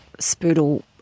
spoodle